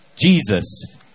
Jesus